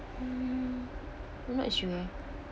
mm not sure